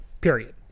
period